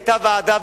היתה ועדה,